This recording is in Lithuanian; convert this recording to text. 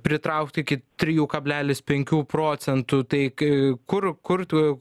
pritraukt iki trijų kablelis penkių procentų tai kai kur kur tų